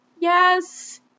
Yes